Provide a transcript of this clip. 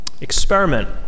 experiment